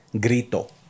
grito